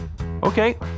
Okay